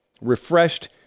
refreshed